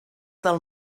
del